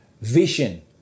Vision